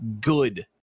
good